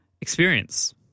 experience